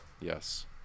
Yes